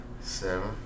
Seven